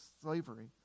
slavery